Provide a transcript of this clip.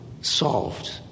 solved